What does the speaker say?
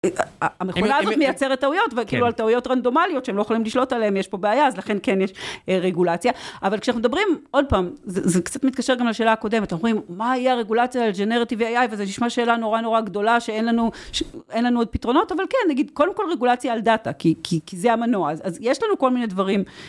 המכונה הזאת מייצרת טעויות, וכאילו על טעויות רנדומליות, שהם לא יכולים לשלוט עליהן, יש פה בעיה, אז לכן כן יש רגולציה, אבל כשאנחנו מדברים, עוד פעם, זה קצת מתקשר גם לשאלה הקודמת, אנחנו אומרים, מה יהיה הרגולציה על ג'נרטיבי איי-איי, וזו נשמע שאלה נורא נורא גדולה, שאין לנו עוד פתרונות, אבל כן, נגיד, קודם כל רגולציה על דאטה, כי זה המנוע, אז יש לנו כל מיני דברים.